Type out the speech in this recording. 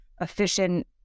efficient